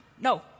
No